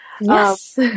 Yes